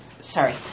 Sorry